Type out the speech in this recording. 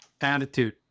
attitude